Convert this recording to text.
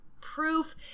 proof